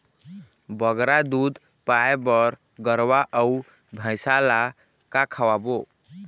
बगरा दूध पाए बर गरवा अऊ भैंसा ला का खवाबो?